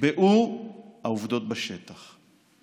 יקבעו העובדות בשטח.